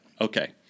Okay